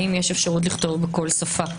האם יש אפשרות לכתוב בכל שפה?